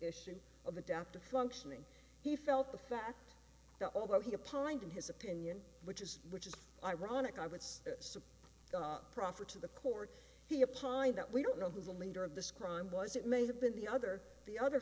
issue of adaptive functioning he felt the fact that although he opposed in his opinion which is which is ironic i would suppose proffer to the court he applied that we don't know who the leader of this crime was it may have been the other the other